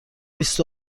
بیست